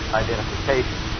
identification